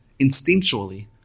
instinctually